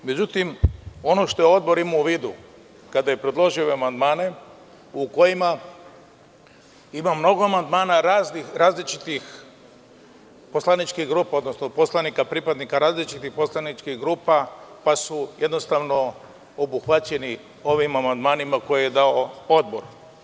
Međutim, ono što je Odbor imao u vidu kada je predložio ove amandmane, u kojima ima mnogo amandmana različitih poslaničkih grupa, odnosno poslanika pripadnika različitih poslaničkih grupa, pa su jednostavno obuhvaćeni ovim amandmanima koje je dao Odbor.